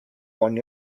one